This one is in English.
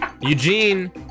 Eugene